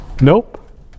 Nope